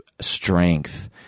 strength